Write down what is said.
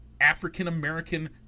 African-American